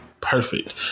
perfect